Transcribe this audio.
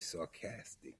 sarcastic